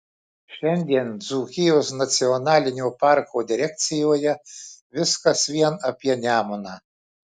šiandien dzūkijos nacionalinio parko direkcijoje viskas vien apie nemuną